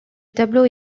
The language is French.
tableau